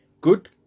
good